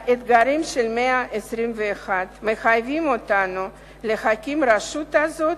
האתגרים של המאה ה-21 מחייבים אותנו להקים את הרשות הזאת,